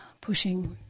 pushing